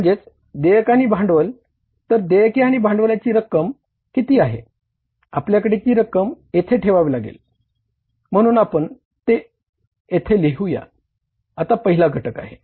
म्हणजेच देयक अधिक भांडवल तर देयक आणि भांडवलाची रक्कम किती आहे आपल्याला ती रक्कम येथे ठेवावी लागेल म्हणून आपण ते येथे लिहूया हा पहिला घटक आहे